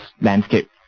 landscape